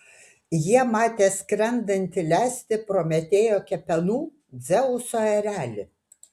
jie matė skrendantį lesti prometėjo kepenų dzeuso erelį